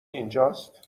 اینجاست